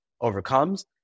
overcomes